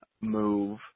Move